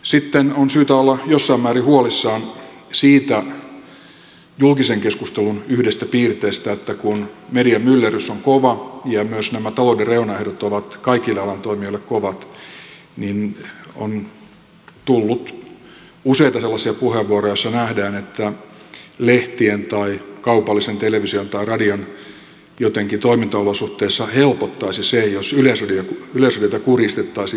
sitten on syytä olla jossain määrin huolissaan siitä julkisen keskustelun yhdestä piirteestä että kun mediamyllerrys on kova ja myös nämä talouden reunaehdot ovat kaikille alan toimijoille kovat niin on tullut useita sellaisia puheenvuoroja joissa nähdään että lehtien tai kaupallisen television tai radion toimintaolosuhteissa jotenkin helpottaisi se jos yleisradiota kurjistettaisiin mahdollisimman paljon